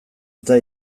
eta